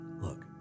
Look